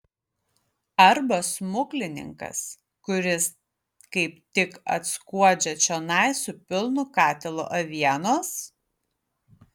arba smuklininkas kuris kaip tik atskuodžia čionai su pilnu katilu avienos